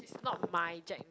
he's not my jack